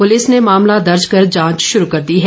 police ने मामला दर्ज कर जांच शुरू कर दी है